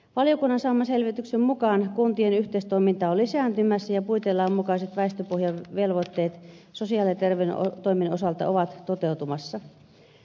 valiokunnan saaman selvityksen mukaan kuntien yhteistoiminta on lisääntymässä ja puitelain mukaiset väestöpohjavelvoitteet sosiaali ja terveystoimen osalta ovat toteutumassa